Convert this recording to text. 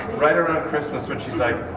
right around christmas, when she's like,